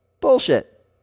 Bullshit